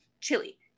chili